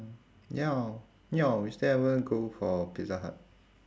ya hor ya we still haven't go for pizza hut